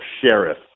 Sheriff